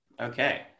Okay